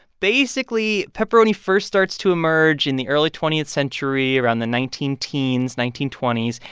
basically, pepperoni first starts to emerge in the early twentieth century around the nineteen-teens, nineteen twenty s.